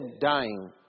dying